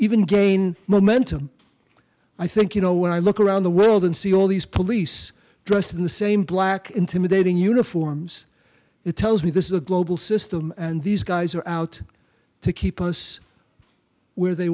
even gain momentum i think you know when i look around the world and see all these police dressed in the same black intimidating uniforms it tells me this is a global system and these guys are out to keep us where they